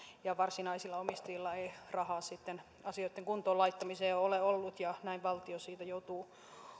ja varsinaisilla omistajilla ei rahaa sitten asioitten kuntoon laittamiseen ole ollut ja näin valtio siitä joutuu